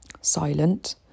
silent